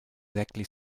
exactly